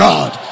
God